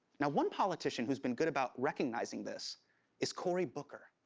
now one politician who's been good about recognizing this is cory booker.